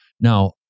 Now